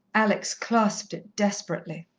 alex clasped it desperately.